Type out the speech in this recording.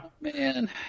Man